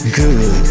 good